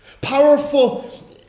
powerful